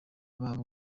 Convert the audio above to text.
babo